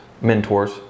mentors